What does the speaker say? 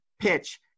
PITCH